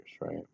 right